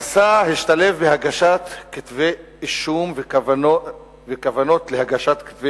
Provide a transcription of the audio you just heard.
המסע השתלב בהגשת כתבי אישום וכוונות להגשת כתבי